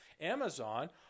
Amazon